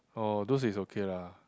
oh those is okay lah